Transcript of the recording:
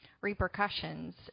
repercussions